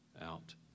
out